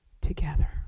together